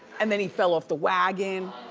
and then he fell off the wagon,